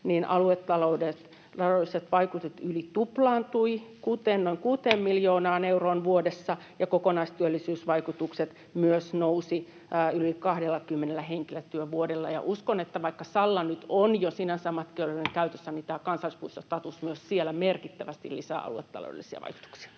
myötä aluetaloudelliset vaikutukset yli tuplaantuivat noin 6 miljoonaan euroon vuodessa ja kokonaistyöllisyysvaikutukset myös nousivat yli 20 henkilötyövuodella. Uskon, että vaikka Salla nyt on jo sinänsä matkailijoiden käytössä, tämä kansallispuistostatus myös siellä merkittävästi lisää aluetaloudellisia vaikutuksia.